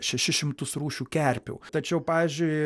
šešis šimtus rūšių kerpių tačiau pavyzdžiui